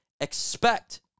expect